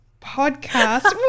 podcast